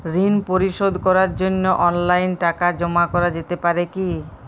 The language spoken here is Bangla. ঋন পরিশোধ করার জন্য অনলাইন টাকা জমা করা যেতে পারে কি?